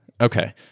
okay